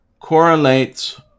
correlates